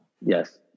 Yes